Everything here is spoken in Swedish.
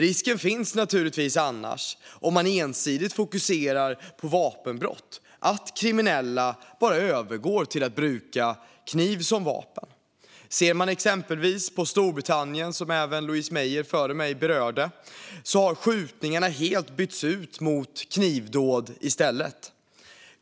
Om man ensidigt fokuserar på vapenbrott finns nämligen risken att kriminella helt enkelt övergår till att bruka kniv som vapen. Exempelvis i Storbritannien, som Louise Meijer berörde, har skjutningarna helt bytts ut mot knivdåd.